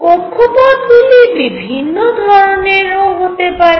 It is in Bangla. কক্ষপথগুলি বিভিন্ন ধরণের ও হতে পারে